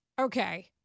okay